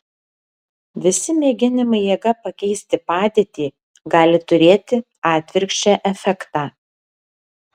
visi mėginimai jėga pakeisti padėtį gali turėti atvirkščią efektą